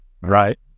Right